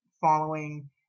Following